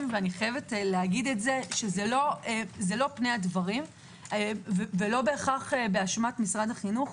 וזה לא פני הדברים ולא בהכרח באשמת משרד החינוך.